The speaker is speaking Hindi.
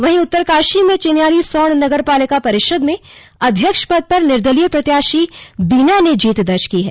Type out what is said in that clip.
वहीं उत्तरकाशी में चिन्यालीसौड़ नगर पालिका परिषद में अध्यक्ष पद पर निर्दलीय प्रत्याशी बीना ने जीत दर्ज की है